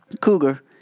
Cougar